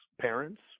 parents